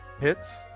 Hits